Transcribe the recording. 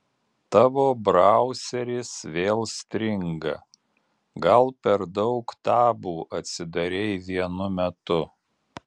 tavo brauseris vėl stringa gal per daug tabų atsidarei vienu metu